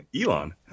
elon